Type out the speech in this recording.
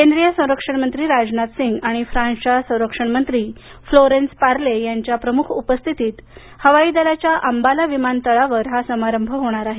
केंद्रीय संरक्षण मंत्री राजनाथसिंग आणि फ्रान्सच्या संरक्षण मंत्री फ्लोरेन्स पार्ले यांच्या उपस्थितीत हवाईदलाच्या अंबाला विमानतळावर हा समारंभ होणार आहे